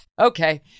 Okay